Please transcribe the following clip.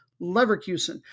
Leverkusen